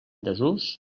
desús